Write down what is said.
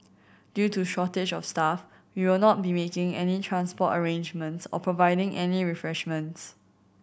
due to shortage of staff we will not be making any transport arrangements or providing any refreshments